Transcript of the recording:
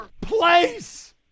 place